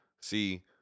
see